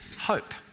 hope